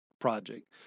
project